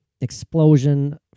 explosion